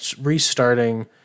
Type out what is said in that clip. restarting